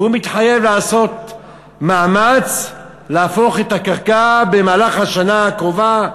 והוא מתחייב לעשות מאמץ להפוך את הקרקע במהלך השנה הקרובה לבינוי.